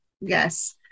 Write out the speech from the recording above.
Yes